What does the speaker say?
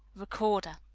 recorder.